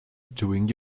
doing